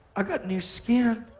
i got new skin.